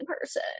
person